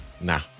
Nah